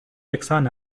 یکسان